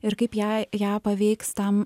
ir kaip ją ją paveiks tam